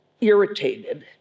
irritated